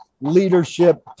leadership